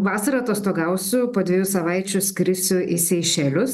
vasarą atostogausiu po dviejų savaičių skrisiu į seišelius